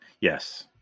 Yes